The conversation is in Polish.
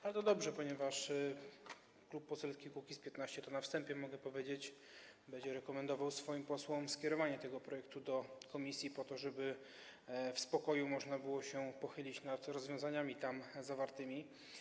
Ale to dobrze, ponieważ Klub Poselski Kukiz’15 - to na wstępie mogę powiedzieć - będzie rekomendował swoim posłom skierowanie tego projektu do komisji po to, żeby w spokoju można było się pochylić nad rozwiązaniami tam zawartymi.